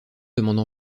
demande